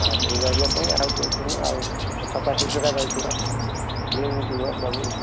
ହଁ ସେହି ରହିବା ପାଇଁ ଆଉ କେଉଁଠି ନୁହେଁ ଆଉ ସଫା ସୁତୁରା ରହିଥିବ କ୍ଲିନ୍ ଥିବ ସବୁ